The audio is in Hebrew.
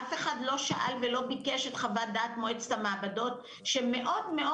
אף אחד לא שאל ולא ביקש את חוות דעת מועצת המעבדות שמאוד מאוד